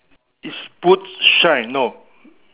is boot shine no